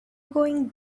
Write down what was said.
going